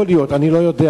יכול להיות, אני לא יודע.